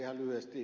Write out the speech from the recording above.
ihan lyhyesti